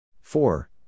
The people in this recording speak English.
four